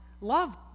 love